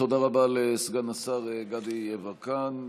תודה רבה לסגן השר גדי יברקן.